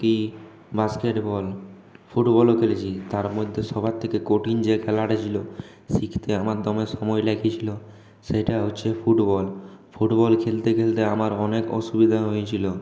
hockey basketball ফুটবলও খেলেছি তার মধ্যে সবার থেকে কঠিন যে খেলাটি ছিলো শিখতে আমার সময় লেগেছিলো সেটা হচ্ছে ফুটবল ফুটবল খেলতে খেলতে আমার অনেক অসুবিধা হয়েছিলো